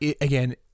again